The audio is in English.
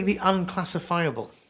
unclassifiable